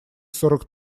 сорок